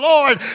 Lord